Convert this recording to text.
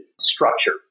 structure